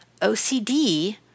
OCD